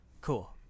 Cool